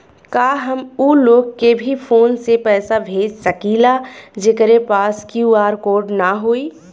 का हम ऊ लोग के भी फोन से पैसा भेज सकीला जेकरे पास क्यू.आर कोड न होई?